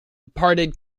parted